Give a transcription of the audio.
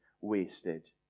wasted